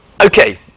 okay